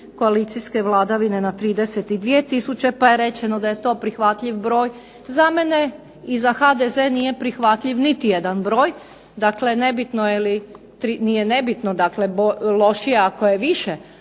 koalicijske vladavine na 32000, pa je rečeno da je to prihvatljiv broj. Za mene i za HDZ nije prihvatljiv niti jedan broj. Dakle, nebitno je li, nije nebitno dakle lošije ako je više.